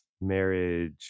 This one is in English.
marriage